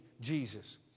Jesus